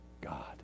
God